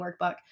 workbook